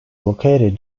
located